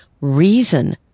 reason